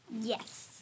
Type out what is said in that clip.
Yes